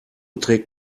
trägt